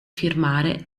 firmare